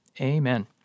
amen